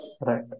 Right